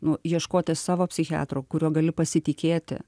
nu ieškoti savo psichiatro kuriuo gali pasitikėti